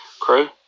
crew